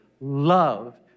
love